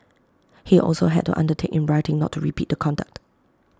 he also had to undertake in writing not to repeat the conduct